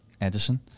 edison